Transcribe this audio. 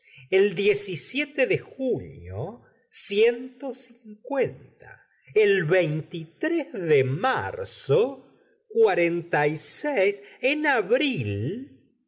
el de junio el de marzo cuarenta y seis en abril